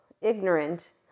ignorant